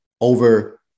over